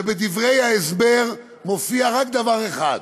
ובדברי ההסבר מופיע רק דבר אחד: